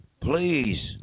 please